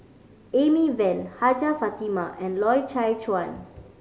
Amy Van Hajjah Fatimah and Loy Chye Chuan